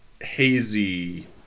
hazy